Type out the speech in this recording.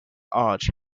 arch